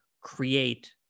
create